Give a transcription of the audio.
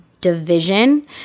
division